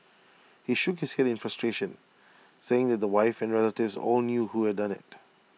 he shook his Head in frustration saying that the wife and relatives all knew who had done IT